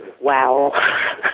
wow